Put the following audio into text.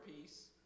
peace